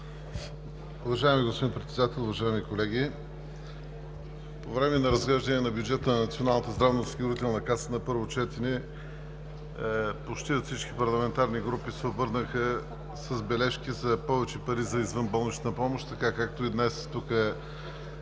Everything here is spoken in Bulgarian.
Уважаеми господин Председател, уважаеми колеги, по време на разглеждане на бюджета на Националната здравноосигурителна каса на първо четене почти всички парламентарни групи се обърнаха с бележки за повече пари за извънболнична, така както и днес тук